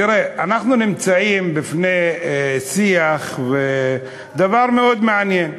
תראו, אנחנו נמצאים בפני שיח ודבר מאוד מעניין.